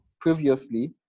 previously